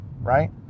right